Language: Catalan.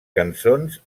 cançons